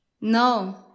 No